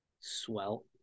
swell